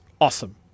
awesome